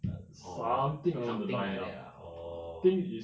orh something like that ah orh